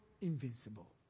invincible